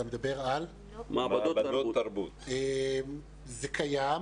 זה קיים,